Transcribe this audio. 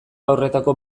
horretako